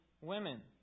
women